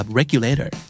regulator